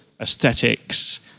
aesthetics